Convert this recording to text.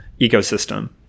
ecosystem